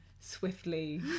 Swiftly